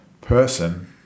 person